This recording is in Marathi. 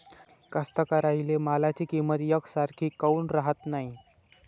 कास्तकाराइच्या मालाची किंमत यकसारखी काऊन राहत नाई?